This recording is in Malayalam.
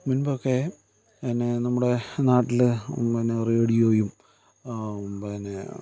മുൻപൊക്കെ പിന്നെ നമ്മുടെ നാട്ടിൽ പിന്നെ റേഡിയോയും പിന്നെ